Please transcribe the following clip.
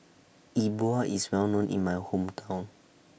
E Bua IS Well known in My Hometown